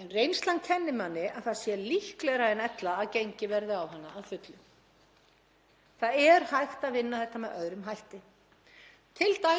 en reynslan kennir manni að það sé líklegra en ella að gengið verði á hana að fullu. Það er hægt að vinna þetta með öðrum hætti, t.d.